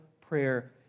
prayer